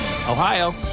Ohio